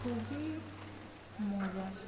খুবই মজার